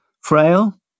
frail